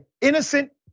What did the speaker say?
innocent